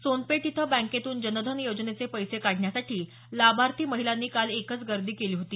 सोनपेठ इथं बँकेतून जनधन योजनेचे पैसे काढण्यासाठी लाभार्थी महिलांनी काल एकच गर्दी केली होती